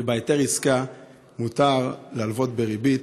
ובהיתר העסקה מותר להלוות בריבית